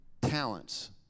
talents